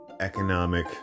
economic